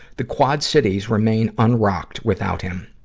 the quad cities remain unrocked without him.